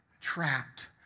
Trapped